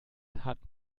hat